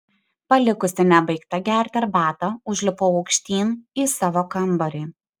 palikusi nebaigtą gerti arbatą užlipau aukštyn į savo kambarį